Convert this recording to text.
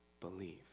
believe